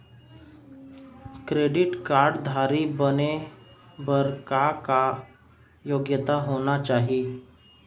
Credit card धारी बने बर का का योग्यता होना चाही?